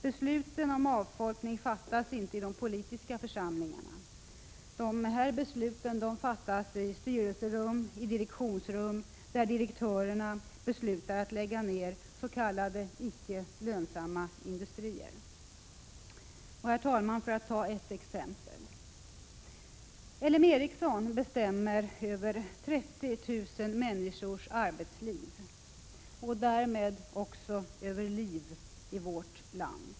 Besluten om avfolkning fattas inte i de politiska församlingarna. Dessa beslut fattas i styrelserum, i direktionsrum där direktörerna beslutar att lägga ner s.k. icke lönsamma industrier. Herr talman! Låt mig ta ett exempel: L M Ericsson bestämmer över 30 000 människors arbetsliv och därmed också över liv i vårt land.